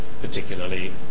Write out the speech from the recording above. particularly